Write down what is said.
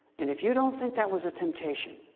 and if you don't think that was a temptation,